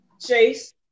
Chase